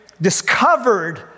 discovered